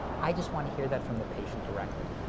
i just want to hear that from the patient directly.